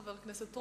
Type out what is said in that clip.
חוק ומשפט,